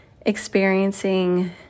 experiencing